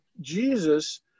Jesus